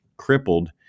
crippled